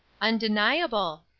undeniable,